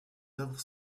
œuvres